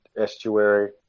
estuary